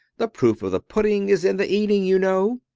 the proof of the pudding is in the eating, you know.